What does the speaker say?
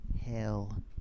Hell